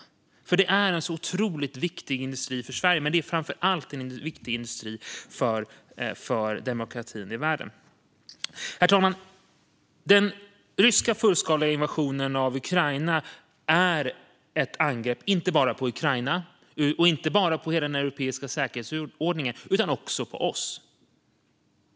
Det är nämligen en så otroligt viktig industri för Sverige, men det är framför allt en viktig industri för demokratin i världen. Herr talman! Den ryska fullskaliga invasionen av Ukraina är ett angrepp inte bara på Ukraina och den europeiska säkerhetsordningen utan också på oss.